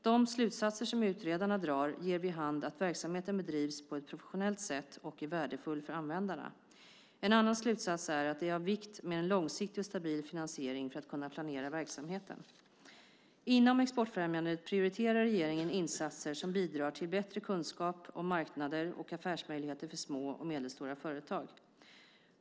De slutsatser som utredarna drar ger vid hand att verksamheten bedrivs på ett professionellt sätt och är värdefull för användarna. En annan slutsats är att det är av vikt med en långsiktig och stabil finansiering för att kunna planera verksamheten. Inom exportfrämjandet prioriterar regeringen insatser som bidrar till bättre kunskap om marknader och affärsmöjligheter för små och medelstora företag.